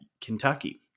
Kentucky